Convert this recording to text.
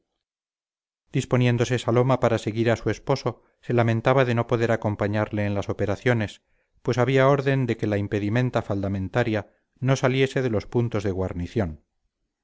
disponiéndose saloma para seguir a su esposo se lamentaba de no poder acompañarle en las operaciones pues había orden deque la impedimenta faldamentaria no saliese de los puntos de guarnición